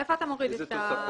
איפה את מוריד את ההתחייבות?